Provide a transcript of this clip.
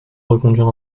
reconduire